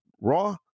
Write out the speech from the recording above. Raw